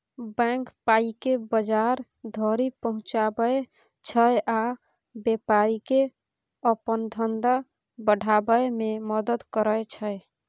bank पाइकेँ बजार धरि पहुँचाबै छै आ बेपारीकेँ अपन धंधा बढ़ाबै मे मदद करय छै